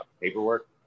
paperwork